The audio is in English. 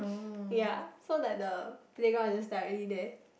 ya so like the playground is just directly there